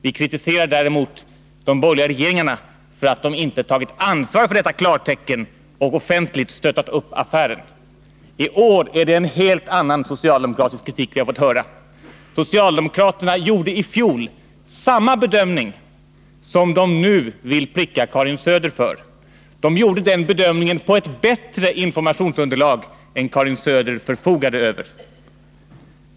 Vi kritiserar däremot de borgerliga regeringarna för att de inte tagit ansvar för detta klartecken och offentligt 8 konstitutionsutstöttat upp affären. skottets gransk I år är det en helt annan socialdemokratisk politik vi har fått höra. ning Socialdemokraterna gjorde i fjol samma bedömning som de nu vill pricka Karin Söder för. De gjorde den bedömningen på ett bättre informationsunderlag än Karin Söder förfogade över.